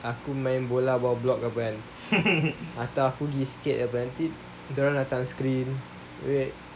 aku main bola bawah blok ke apa kan atau aku gi skate ke apa nanti dorang datang screen abeh